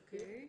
אוקיי.